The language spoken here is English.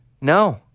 No